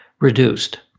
reduced